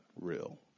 real